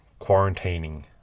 Quarantining